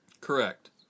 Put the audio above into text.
Correct